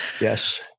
Yes